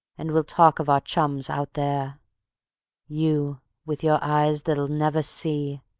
and we'll talk of our chums out there you with your eyes that'll never see,